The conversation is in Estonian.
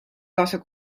kaasa